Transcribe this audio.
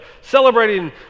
celebrating